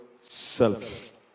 self